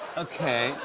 okay.